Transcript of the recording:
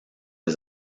des